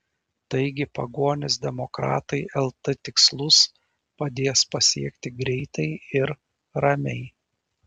taigi pagonys demokratai lt tikslus padės pasiekti greitai ir ramiai